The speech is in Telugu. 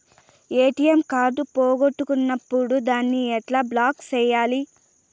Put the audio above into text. ఎ.టి.ఎం కార్డు పోగొట్టుకున్నప్పుడు దాన్ని ఎట్లా బ్లాక్ సేయాలి